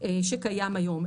שקיים היום,